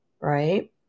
Right